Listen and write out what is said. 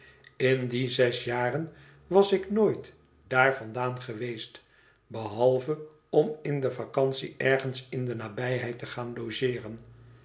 in die zes jaren was ik nooit daar vandaan geweest behalve om in de vacantie ergens in de nabijheid te gaan logeeren